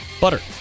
butter